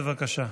בבקשה.